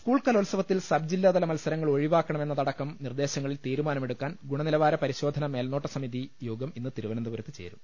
school കലോത്സവത്തിൽ സബ്ജില്ലാതല മത്സരങ്ങൾ ഒഴി വാക്കണമെന്നതടക്കം നിർദേശങ്ങളിൽ തീരുമാനമെടുക്കാൻ ഗുണ നിലവാര പരിശോധന മേൽനോട്ട സമിതി യോഗം ഇന്ന് തിരുവ നന്തപുരത്ത് ചേരും